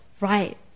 right